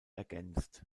ergänzt